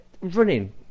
running